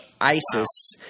Isis –